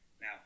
Now